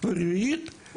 רביעית: